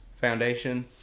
Foundation